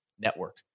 network